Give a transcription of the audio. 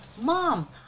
Mom